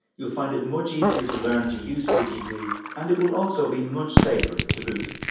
you'll find it much easier to learn to use pgp, and it will also be much safer to boot!